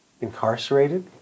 Incarcerated